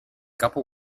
capo